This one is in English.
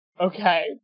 Okay